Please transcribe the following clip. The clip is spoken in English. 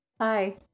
Hi